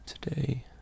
today